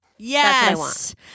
Yes